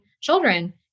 children